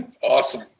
Awesome